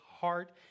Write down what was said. heart